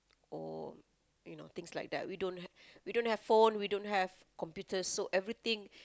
or you know things like that we don't have we don't have phone we don't have computers so everything